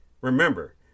Remember